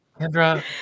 Kendra